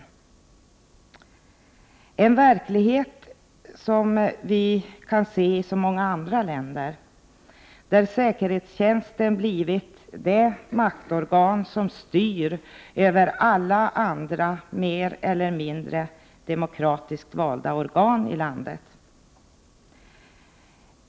Det är en verklighet som vi kan se i så många andra länder, där säkerhetstjänsten blivit det maktorgan som styr över alla andra mer eller mindre demokratiskt valda organ i landet.